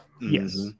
Yes